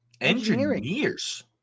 Engineers